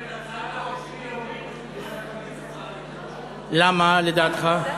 אגב, את הצעת החוק שלי הורידו, למה, לדעתך?